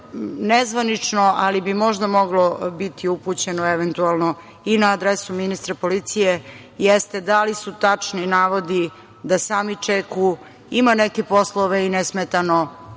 nezvanično, ali bi možda moglo biti upućeno eventualno i na adresu ministra policije, jeste da li su tačni navodi da Sami Čeku ima neke poslove i nesmetano